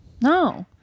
No